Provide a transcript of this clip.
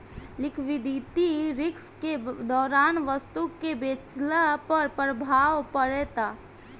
liquidity risk के दौरान वस्तु के बेचला पर प्रभाव पड़ेता